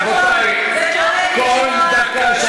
בושה וחרפה.